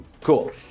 Cool